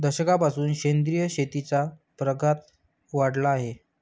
दशकापासून सेंद्रिय शेतीचा प्रघात वाढला आहे